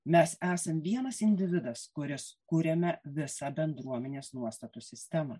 mes esam vienas individas kuris kuriame visą bendruomenės nuostatų sistemą